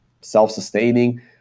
self-sustaining